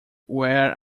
where